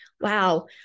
wow